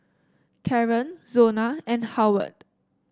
Karren Zona and Howard